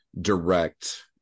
direct